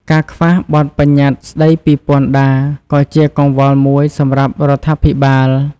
ការខ្វះបទប្បញ្ញត្តិស្តីពីពន្ធដារក៏ជាកង្វល់មួយសម្រាប់រដ្ឋាភិបាល។